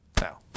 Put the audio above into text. Now